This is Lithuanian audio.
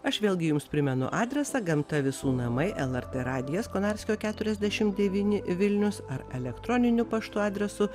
aš vėlgi jums primenu adresą gamta visų namai lrt radijas konarskio keturiasdešim devyni vilnius ar elektroniniu paštu adresu